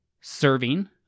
serving